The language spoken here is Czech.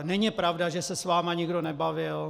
Není pravda, že se s vámi nikdo nebavil.